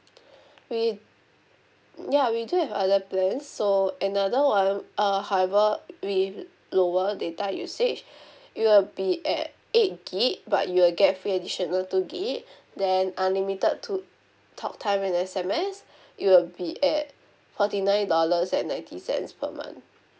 we ya we do have other plans so another [one] err however with lower data usage it'll be at eight gig but you will get free additional two gig then unlimited to talk time and S_M_S it will be at forty nine dollars and ninety cents per month